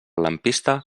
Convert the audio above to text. lampista